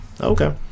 Okay